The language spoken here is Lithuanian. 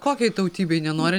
kokiai tautybei nenori